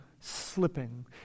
slipping